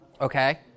okay